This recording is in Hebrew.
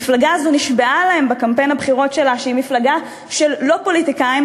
המפלגה הזו נשבעה להם בקמפיין הבחירות שלה שהיא מפלגה של לא-פוליטיקאים,